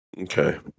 Okay